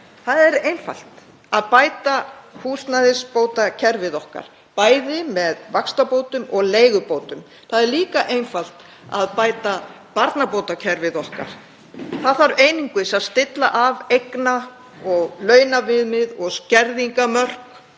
Það er einfalt að bæta húsnæðisbótakerfið okkar, bæði með vaxtabótum og leigubótum. Það er líka einfalt að bæta barnabótakerfið okkar. Það þarf einungis að stilla af eigna- og launaviðmið og skerðingarmörk.